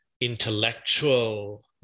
intellectual